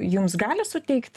jums gali suteikt